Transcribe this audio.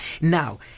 Now